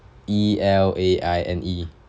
E L A I N E